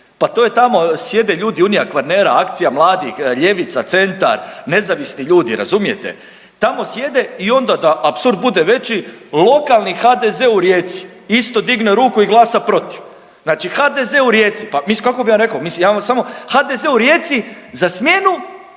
pa to je tamo sjede ljudi Unija Kvarnera, Akcija mladih, ljevica, centar, nezavisni ljudi razumijete, tamo sjede i onda da apsurd bude veći lokalni HDZ u Rijeci isto digne ruku i glasa protiv, znači HDZ u Rijeci. Mislim kako bi vam rekao mislim ja vam samo HDZ u Rijeci za smjenu,